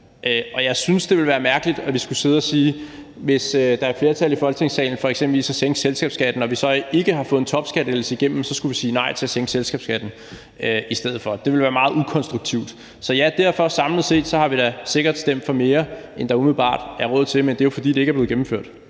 og jeg synes, det ville være mærkeligt, hvis der er et flertal i Folketingssalen for eksempelvis at sænke selskabsskatten og vi ikke har fået en topskattelettelse igennem, at vi så skulle sige nej til at sænke selskabsskatten i stedet for. Det ville være meget ukonstruktivt. Så ja, samlet set har vi da derfor sikkert stemt for mere, end der umiddelbart er råd til. Men det er jo, fordi det ikke er blevet gennemført